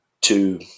two